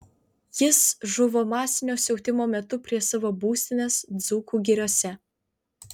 jis žuvo masinio siautimo metu prie savo būstinės dzūkų giriose